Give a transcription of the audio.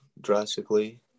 drastically